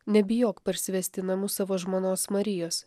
nebijok parsivest į namus savo žmonos marijos